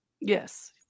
Yes